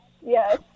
yes